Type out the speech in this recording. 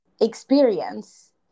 experience